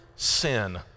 sin